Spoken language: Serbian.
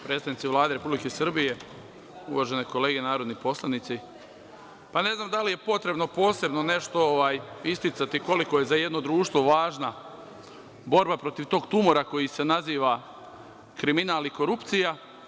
Predstavnici Vlade Republike Srbije, uvažene kolege narodni poslanici, ne znam da li je potrebno posebno nešto isticati koliko je za jedno društvo važna borba protiv tog tumora koji se naziva kriminal i korupcije.